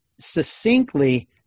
succinctly